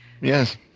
Yes